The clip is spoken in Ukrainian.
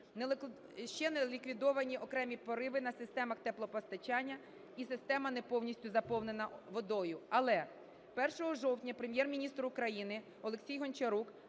Ще не ліквідовані окремі прориви на системах теплопостачання і система не повністю заповнена водою. Але 1 жовтня Прем'єр-міністр України Олексій Гончарук